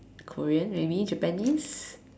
Korean maybe Japanese